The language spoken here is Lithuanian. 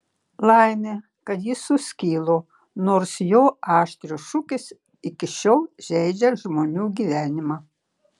laimė kad ji suskilo nors jo aštrios šukės iki šiol žeidžia žmonių gyvenimą